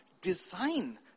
design